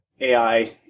AI